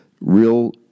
real